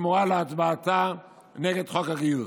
בתמורה להצבעתה נגד חוק הגיוס.